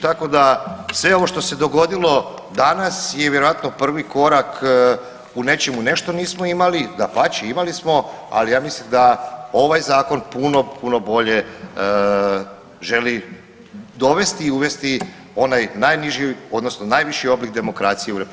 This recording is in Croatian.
Tako da sve ovo što se dogodilo danas je vjerojatno prvi korak u nečemu ne što nismo imali, dapače imali smo, ali ja mislim da ovaj zakon puno, puno bolje želi dovesti i uvesti onaj najniži odnosno najviši oblik demokracije u RH.